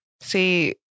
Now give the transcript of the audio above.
See